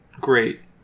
great